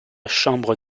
chambre